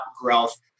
growth